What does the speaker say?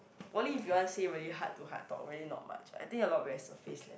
poly if you want say very heart to heart talk really not much I think a lot of very surface leh